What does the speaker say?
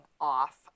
off